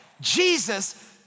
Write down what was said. Jesus